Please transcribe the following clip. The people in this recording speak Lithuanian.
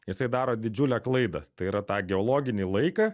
jisai daro didžiulę klaidą tai yra tą geologinį laiką